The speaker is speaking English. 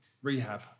Rehab